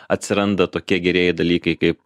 atsiranda tokie gerieji dalykai kaip